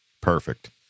Perfect